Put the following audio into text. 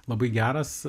labai geras